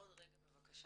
עוד רגע בבקשה.